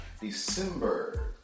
December